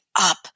up